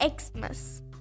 Xmas